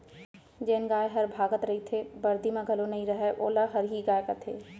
जेन गाय हर भागत रइथे, बरदी म घलौ नइ रहय वोला हरही गाय कथें